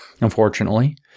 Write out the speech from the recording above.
Unfortunately